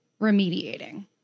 remediating